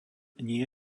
nie